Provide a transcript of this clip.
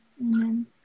Amen